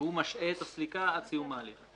והוא משעה את הסליקה עד סיום ההליך.